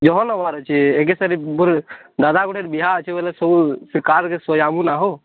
ଯାହା ନବାର ଅଛି ଏତେ ସାରେ ଗୁବାର୍ ଦାଦା ଗୋଟେ ବିହା ଅଛି ବୋଲେ ସବୁ କାର୍କେ ସଜାବୁ ନାହୋ